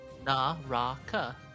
Naraka